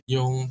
Yung